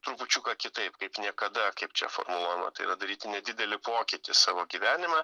trupučiuką kitaip kaip niekada kaip čia formuluojama daryti nedidelį pokytį savo gyvenime